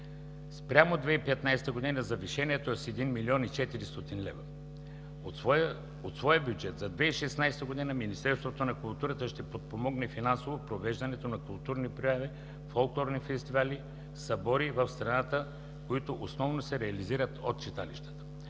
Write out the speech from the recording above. Спрямо 2015 г. завишението е с 1 млн. 400 хил. лв. От своя бюджет за 2016 г. Министерството на културата ще подпомогне финансово провеждането на културни прояви, фолклорни фестивали и събори в страната, които основно се реализират от читалищата,